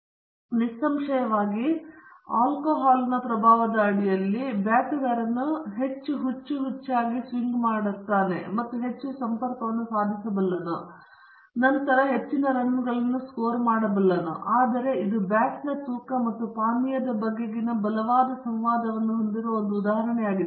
ಆದ್ದರಿಂದ ನಿಸ್ಸಂಶಯವಾಗಿ ಆಲ್ಕೊಹಾಲ್ನ ಪ್ರಭಾವದ ಅಡಿಯಲ್ಲಿ ಬ್ಯಾಟುಗಾರನು ಹೆಚ್ಚು ಹುಚ್ಚುಚ್ಚಾಗಿ ಸ್ವಿಂಗ್ ಮಾಡಲು ಮತ್ತು ಹೆಚ್ಚು ಹೆಚ್ಚಾಗಿ ಸಂಪರ್ಕವನ್ನು ಸಾಧಿಸಬಲ್ಲನು ಮತ್ತು ನಂತರ ಹೆಚ್ಚಿನ ರನ್ಗಳನ್ನು ಸ್ಕೋರ್ ಮಾಡಬಲ್ಲನು ಆದರೆ ಇದು ಬ್ಯಾಟ್ನ ತೂಕ ಮತ್ತು ಪಾನೀಯದ ಬಗೆಗಿನ ಬಲವಾದ ಸಂವಾದವನ್ನು ಹೊಂದಿರುವ ಒಂದು ಉದಾಹರಣೆಯಾಗಿದೆ